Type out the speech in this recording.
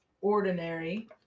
ordinary